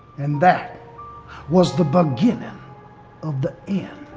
and that was the beginning of the end.